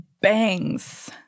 bangs